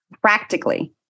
practically